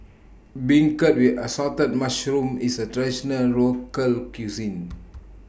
Beancurd with Assorted Mushrooms IS A Traditional Local Cuisine